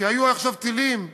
היו עכשיו טילים בשוהם,